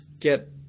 get